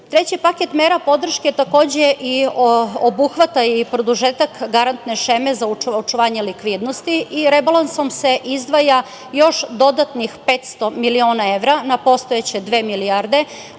sobi. Treći paket mera podrške takođe obuhvata i produžetak garantne šeme za očuvanje likvidnosti i rebalansom se izdvaja još dodatnih 500 miliona evra na postojeće dve milijarde